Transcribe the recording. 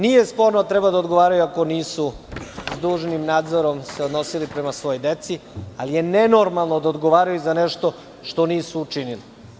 Nije sporno da treba da odgovaraju ako se nisu s dužnim nadzorom odnosili prema svojoj deci, ali je nenormalno da odgovaraju za nešto što nisu učinili.